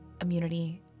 immunity